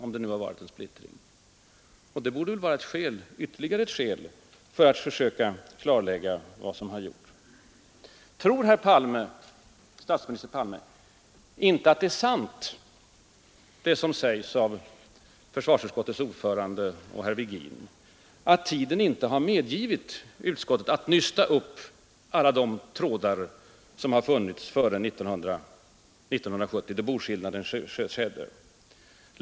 Och detta borde utgöra ytterligare ett skäl för att försöka klarlägga vad som har gjorts. Tror statsminister Palme inte att det är sant som sägs av försvarsutskottets ordförande och herr Virgin, att tiden inte har medgivit utskottet att nysta upp alla de trådar som funnits före 1970, då boskillnaden skedde?